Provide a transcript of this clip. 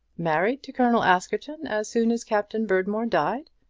married to colonel askerton as soon as captain berdmore died!